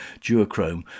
duochrome